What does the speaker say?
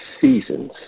seasons